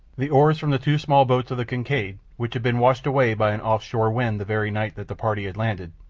the oars from the two small boats of the kincaid, which had been washed away by an off-shore wind the very night that the party had landed,